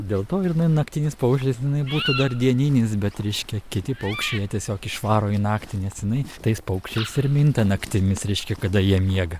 dėl to ir jinai naktinis paukštis jinai būtų dar dieninis bet reiškia kiti paukščiai ją tiesiog išvaro į naktį nes jinai tais paukščiais ir minta naktimis reiškia kada jie miega